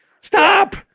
Stop